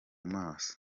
maso